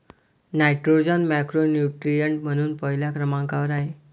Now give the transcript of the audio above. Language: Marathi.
नायट्रोजन मॅक्रोन्यूट्रिएंट म्हणून पहिल्या क्रमांकावर आहे